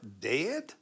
dead